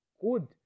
good